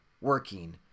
working